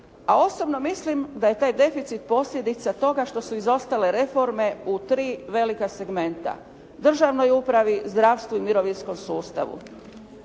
a osobno mislim da je taj deficit posljedica toga što su izostale reforme u tri velika segmenta. Državnoj upravi, zdravstvu i mirovinskom sustavu.